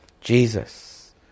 Jesus